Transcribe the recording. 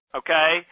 okay